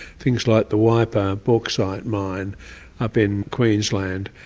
things like the weipa bauxite mine up in queensland,